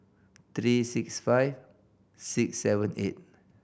three six five six seven eight